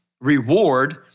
reward